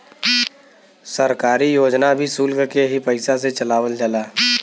सरकारी योजना भी सुल्क के ही पइसा से चलावल जाला